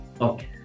Okay